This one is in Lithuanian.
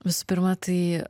visų pirma tai